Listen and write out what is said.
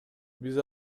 биз